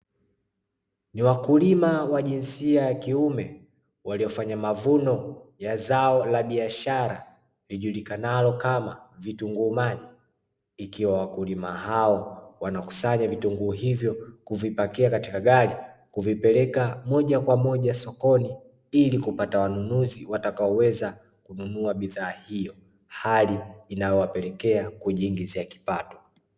Ni wakulima wa jinsia ya kiume waliofanya mavuno ya zao la biashara lijulikanalo kama vitunguu maji Ikiwa wakulima hao wanakusanya vitunguu hivyo kuvikusanya katika magari na kuvipeleka moja kwa moja sokoni ilikupata wanunuzi watakaoweza kununua bidhaa hizo; Hali inayowapelekea kujiingizia kipato.